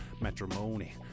matrimony